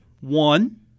one